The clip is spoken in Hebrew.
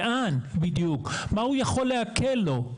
מה הוא יכול לעקל לו,